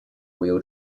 wheel